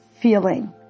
feeling